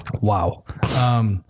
Wow